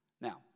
Now